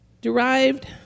Derived